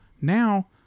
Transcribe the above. now